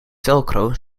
velcro